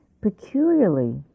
peculiarly